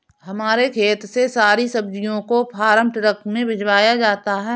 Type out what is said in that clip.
हमारे खेत से सारी सब्जियों को फार्म ट्रक में भिजवाया जाता है